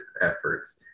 efforts